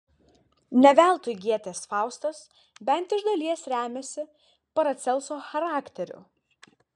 ne veltui gėtės faustas bent iš dalies remiasi paracelso charakteriu